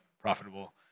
profitable